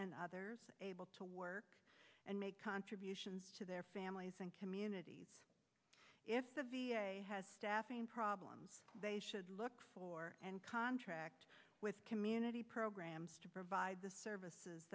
and others able to work and make contributions to their families and communities if the v a has staffing problems they should look for and contract with community programs to provide the services